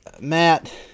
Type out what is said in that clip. Matt